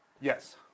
Yes